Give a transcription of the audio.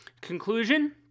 conclusion